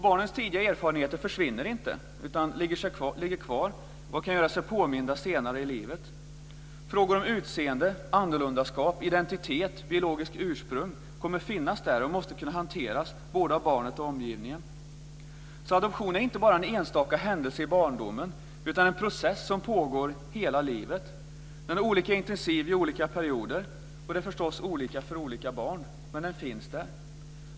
Barnets tidiga erfarenheter försvinner inte, utan ligger kvar och kan göra sig påminda senare i livet. Frågor om utseende, annorlundaskap, identitet och biologiskt ursprung kommer att finnas där och måste kunna hanteras både av barnet och av omgivningen. Adoption är alltså inte bara en enstaka händelse i barndomen, utan en process som pågår hela livet. Den är olika intensiv i olika perioder, och den är förstås olika för olika barn - men den finns där.